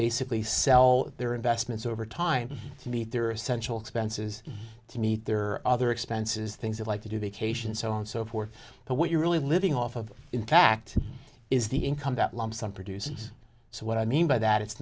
basically sell their investments over time to meet their essential expenses to meet their other expenses things they like to do the occasion so and so forth but what you're really living off of in fact is the income that lump sum produces so what i mean by that it's